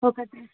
ఒకటే